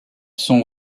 sont